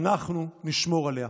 אנחנו נשמור עליה.